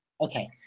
Okay